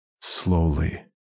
Slowly